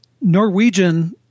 Norwegian